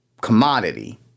commodity